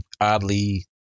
oddly